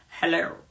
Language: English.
Hello